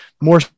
more